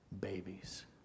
babies